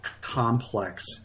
complex